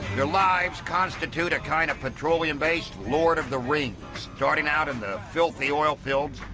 their lives constitute a kind of petroleum-based lord of the rings. starting out in the filthy oilfields,